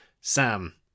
Sam